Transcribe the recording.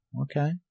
Okay